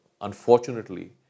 unfortunately